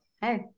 Hey